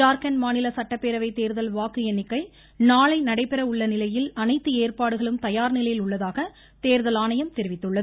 ஜார்கண்ட் மாநில சட்டப்பேரவை தேர்தல் வாக்கு எண்ணிக்கை நாளை நடைபெற உள்ள நிலையில் அனைத்து ஏற்பாடுகளும் தயார் நிலையில் உள்ளதாக தேர்தல் ஆணையம் தெரிவித்துள்ளது